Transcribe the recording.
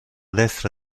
destra